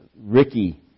Ricky